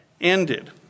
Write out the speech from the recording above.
ended